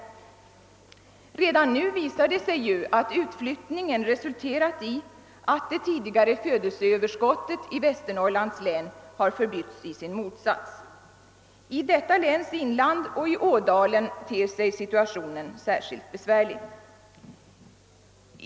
Redan nu visar det sig att utflyttningen resulterat i att det tidigare födelseöverskottet i Västernorrlands län har förbytts i sin motsats. I detta läns inland och i Ådalen ter sig situationen särskilt besvärlig.